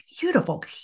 beautiful